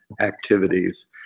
activities